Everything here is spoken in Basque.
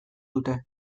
dute